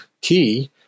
key